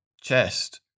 chest